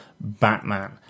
Batman